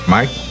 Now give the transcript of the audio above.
Mike